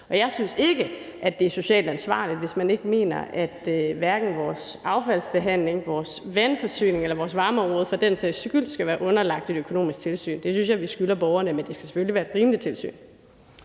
Jeg synes ikke, det er socialt ansvarligt, hvis man ikke mener, at hverken vores affaldsbehandling eller vores vandforsyning eller for den sags skyld vores varmeområde skal være underlagt et økonomisk tilsyn. Det synes jeg vi skylder borgerne, men det skal selvfølgelig være et rimeligt tilsyn.